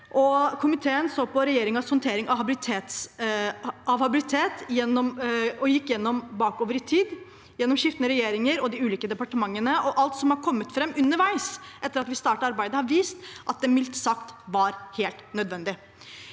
Komiteen så på regjeringens håndtering av habilitet og gikk gjennom det bakover i tid, gjennom skiftende regjeringer og i de ulike departementene. Alt som har kommet fram underveis etter at vi startet arbeidet, har vist at det mildt sagt var helt nødvendig.